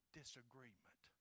disagreement